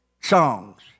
songs